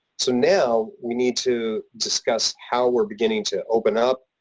so now we need to discuss how we're beginning to open up,